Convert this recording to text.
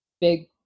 big